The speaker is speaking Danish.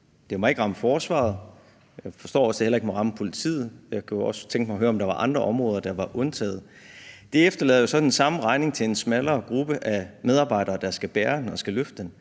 det ikke må ramme forsvaret og heller ikke må ramme politiet, forstår jeg – jeg kunne også tænke mig at høre, om der var andre områder, der var undtaget – så efterlader det jo den samme regning til en smallere gruppe af medarbejdere, der skal løfte det.